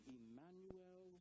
Emmanuel